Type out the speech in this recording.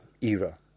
era